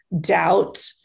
doubt